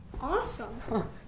Awesome